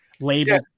label